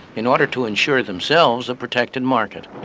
in order to insure themselves a protected market.